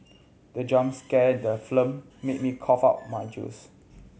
the jump scare in the film made me cough out my juice